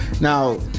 Now